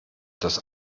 das